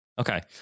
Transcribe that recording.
Okay